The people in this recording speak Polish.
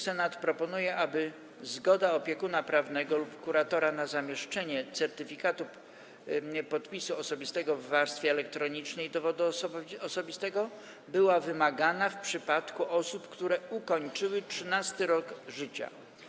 Senat proponuje, aby zgoda opiekuna prawnego lub kuratora na zamieszczenie certyfikatu podpisu osobistego w warstwie elektronicznej dowodu osobistego była wymagana w przypadku osób, które ukończyły 13. rok życia.